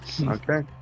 Okay